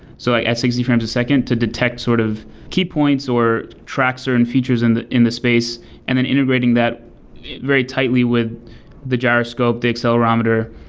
so like sixty frames a second, to detect sort of key points or track certain features in the in the space and then integrating that very tightly with the gyroscope, the accelerometer,